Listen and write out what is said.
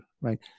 right